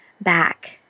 back